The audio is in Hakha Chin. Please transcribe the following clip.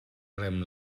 rem